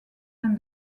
and